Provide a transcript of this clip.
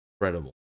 Incredible